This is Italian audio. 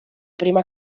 prima